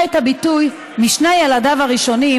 את הביטוי "משני ילדיו הראשונים"